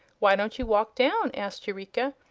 why don't you walk down? asked eureka.